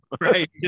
Right